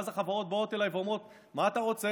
ואז החברות באות אליי ואומרות: מה אתה רוצה?